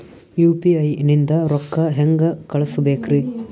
UPI ನಿಂದ ರೊಕ್ಕ ಹೆಂಗ ಕಳಸಬೇಕ್ರಿ?